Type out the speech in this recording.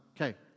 Okay